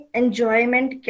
enjoyment